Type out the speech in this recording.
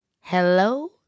hello